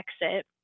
exit